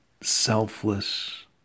selfless